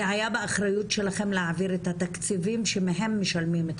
זה היה באחריות שלכם להעביר את התקציבים שמהם משלמים את